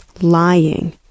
lying